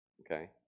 Okay